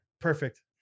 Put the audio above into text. Perfect